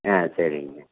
ஆ சரிங்க